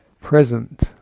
present